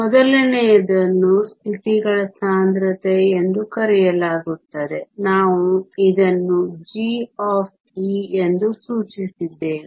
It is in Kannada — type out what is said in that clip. ಮೊದಲನೆಯದನ್ನು ಸ್ಥಿತಿಗಳ ಸಾಂದ್ರತೆ ಎಂದು ಕರೆಯಲಾಗುತ್ತದೆ ನಾವು ಇದನ್ನು g ಎಂದು ಸೂಚಿಸಿದ್ದೇವೆ